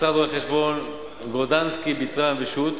משרד רואי-חשבון גורודנסקי ביטרן ושות',